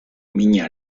mina